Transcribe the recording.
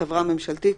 חברה ממשלתית,